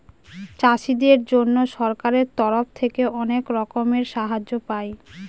চাষীদের জন্য সরকারের তরফ থেকে অনেক রকমের সাহায্য পায়